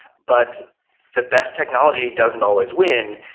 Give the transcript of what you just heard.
but the best technology doesn't always win.